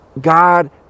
God